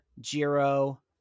Jiro